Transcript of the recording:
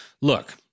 look –